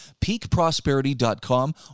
peakprosperity.com